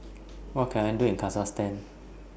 What Can I Do in Kazakhstan